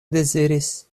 deziris